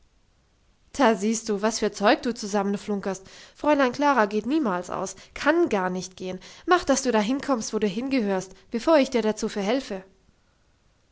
da siehst du was für zeug du zusammenflunkerst fräulein klara geht niemals aus kann gar nicht gehen mach dass du dahin kommst wo du hingehörst bevor ich dir dazu verhelfe